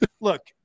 look